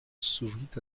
s’ouvrit